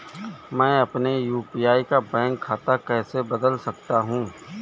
मैं अपने यू.पी.आई का बैंक खाता कैसे बदल सकता हूँ?